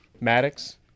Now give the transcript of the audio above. Maddox